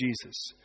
Jesus